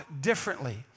differently